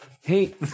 hey